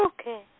okay